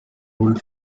ruled